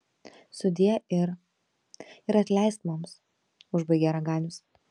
sudie ir ir atleisk mums užbaigė raganius